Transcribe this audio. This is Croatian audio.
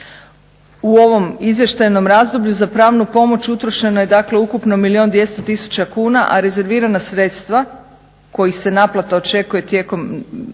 U ovom izvještajnom razdoblju za pravnu pomoć utrošeno je dakle ukupno milijun 200000 kuna, a rezervirana sredstva kojih se naplata očekuje tijekom